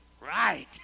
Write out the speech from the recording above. Right